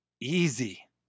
easy